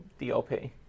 DLP